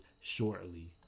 shortly